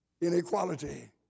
inequality